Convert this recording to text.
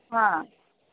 ହଁ